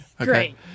Great